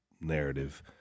narrative